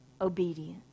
obedience